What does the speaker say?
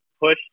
push